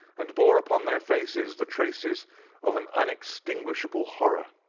and bore upon their faces the traces of an unextinguishable horror.